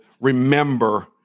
remember